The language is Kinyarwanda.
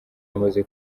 bamaze